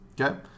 Okay